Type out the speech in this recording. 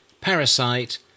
parasite